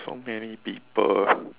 so many people